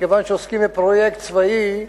מכיוון שעוסקים בפרויקט צבאי,